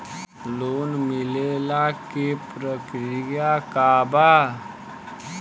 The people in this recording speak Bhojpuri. लोन मिलेला के प्रक्रिया का बा?